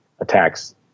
attacks